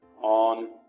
on